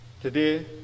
Today